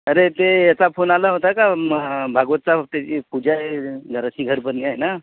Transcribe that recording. अरे ते याचा फोन आला होता का मग भागवतचा त्याची पूजा आहे घराची घरभरणी आहे ना